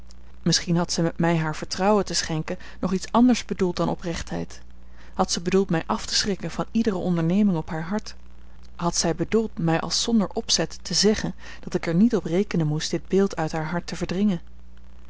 misschien had zij met mij haar vertrouwen te schenken nog iets anders bedoeld dan oprechtheid had zij bedoeld mij af te schrikken van iedere onderneming op haar hart had zij bedoeld mij als zonder opzet te zeggen dat ik er niet op rekenen moest dit beeld uit haar hart te verdringen